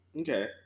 Okay